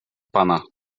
pana